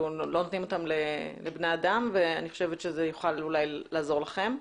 נותנים אותם לבני אדם ואני חושבת שזה יוכל אולי לעזור לכם,